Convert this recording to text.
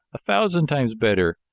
a thousand times better,